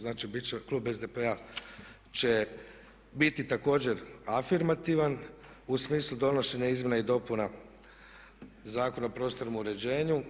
Znači, bit će klub SDP će biti također afirmativan u smislu donošenja izmjena i dopuna Zakona o prostornom uređenju.